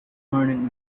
morning